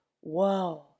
whoa